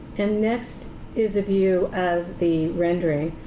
and next is a view of the rendering,